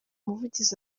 muvugizi